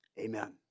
Amen